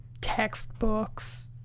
textbooks